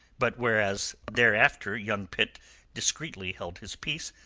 but whereas thereafter young pitt discreetly held his peace,